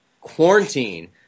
quarantine